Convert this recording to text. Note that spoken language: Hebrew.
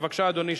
בבקשה, אדוני.